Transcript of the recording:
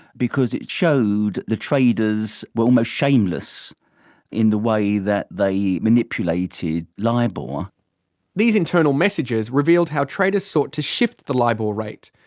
because it showed the traders were almost shameless in the way that they manipulated like libor. these internal messages revealed how traders sought to shift the libor rate.